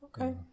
okay